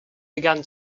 began